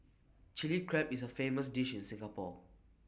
Chilli Crab is A famous dish in Singapore